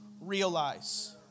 realize